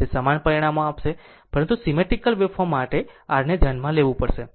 તે સમાન પરિણામો આપશે પરંતુ સીમેટ્રીકલ વેવફોર્મ માટે rને ધ્યાનમાં લેવું પડશે